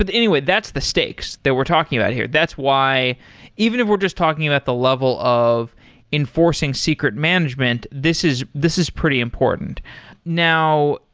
ah anyway, that's the stakes that we're talking about here. that's why even if we're just talking about the level of enforcing secret management, this is this is pretty important now,